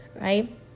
right